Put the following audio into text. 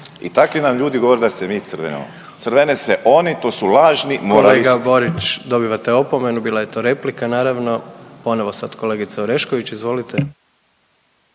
i takvi nam ljudi govore da se mi crvenimo. Crvene se oni, to su lažni moralisti. **Jandroković, Gordan (HDZ)** Kolega Borić, dobivate opomenu, bila je to replika naravno. Ponovo sad kolegica Orešković, izvolite.